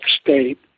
state